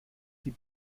sie